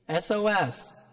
SOS